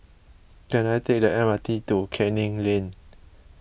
can I take the M R T to Canning Lane